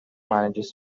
manages